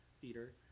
theater